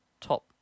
top